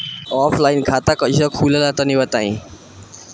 Offline खाता कइसे खुलेला तनि बताईं?